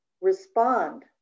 Respond